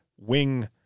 wing